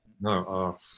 no